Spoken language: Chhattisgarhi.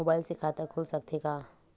मुबाइल से खाता खुल सकथे का?